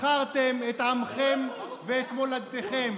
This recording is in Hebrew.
מכרתם את עמכם ואת מולדתכם.